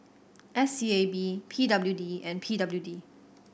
S E A B P W D and P W D